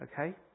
okay